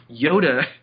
Yoda